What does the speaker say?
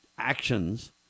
actions